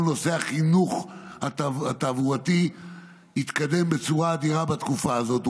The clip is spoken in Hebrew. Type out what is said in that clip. כל נושא החינוך התעבורתי התקדם בצורה אדירה בתקופה הזאת,